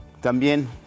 también